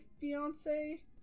fiance